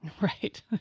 Right